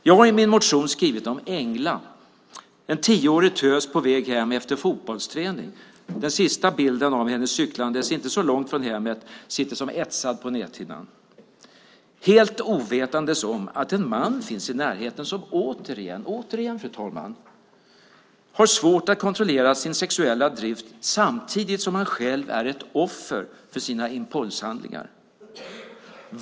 Jag har i min motion skrivit om Engla, en tioårig tös på väg hem efter fotbollsträning. Den sista bilden av henne cyklande inte så långt från hemmet sitter som etsad på näthinnan. Hon var helt ovetande om att en man finns i närheten som återigen - återigen, fru talman - har svårt att kontrollera sin sexuella drift samtidigt som han själv är ett offer för sina impulshandlingar.